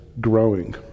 growing